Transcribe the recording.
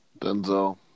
Denzel